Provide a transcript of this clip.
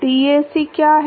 DAC क्या है